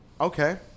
Okay